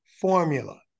formula